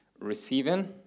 receiving